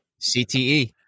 CTE